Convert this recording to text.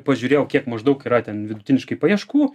pažiūrėjau kiek maždaug yra ten vidutiniškai paieškų